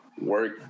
work